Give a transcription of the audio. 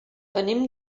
venim